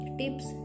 tips